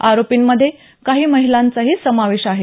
आरोपींमध्ये काही महिलांचाही समावेश आहे